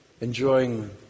enjoying